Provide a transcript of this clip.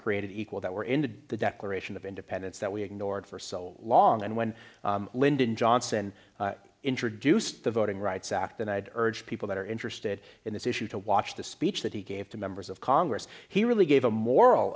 created equal that were in the declaration of independence that we ignored for so long and when lyndon johnson introduced the voting rights act and i'd urge people that are interested in this issue to watch the speech that he gave to members of congress he really gave a moral